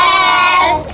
Yes